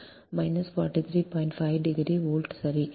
5 degree volt சரி